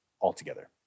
altogether